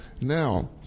now